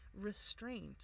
restraint